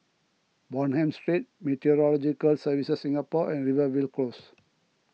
Bonham Street Meteorological Services Singapore and Rivervale Close